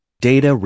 Data